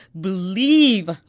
Believe